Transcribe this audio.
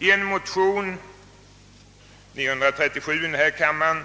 I en motion, II:937,